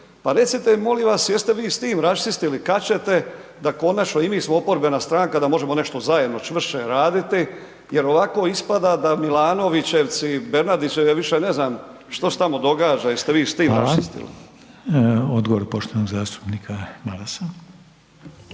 Pa recite molim vas, jeste li vi s tim raščistili, kad ćete, da konačno, i mi smo oporbena stranka, da možemo nešto zajedno čvršće raditi jer ovako ispada da Milanovićevci, Bernardićevci, ja više ne znam što se tamo događaja, jeste li .../Upadica: Hvala./... vi s